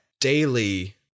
daily